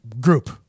group